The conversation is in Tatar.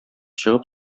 чыгып